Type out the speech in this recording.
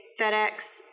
FedEx